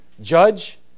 judge